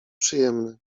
przyjemny